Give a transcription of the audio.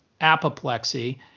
apoplexy